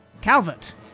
Calvert